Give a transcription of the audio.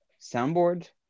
soundboard